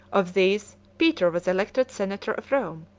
of these, peter was elected senator of rome,